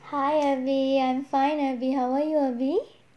hi erby I'm fine erby how are you erby